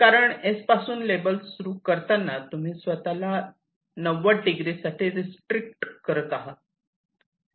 कारण S पासून label सुरू करताना तुम्ही स्वतःला 90 डिग्री साठी रीस्ट्रिक्ट करत आहात